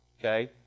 Okay